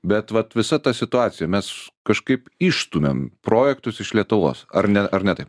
bet vat visa ta situacija mes kažkaip išstumiam projektus iš lietuvos ar ne ar ne taip